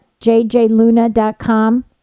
jjluna.com